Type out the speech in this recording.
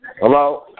Hello